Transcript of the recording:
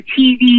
TV